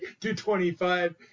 225